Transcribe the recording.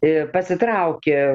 ir pasitraukė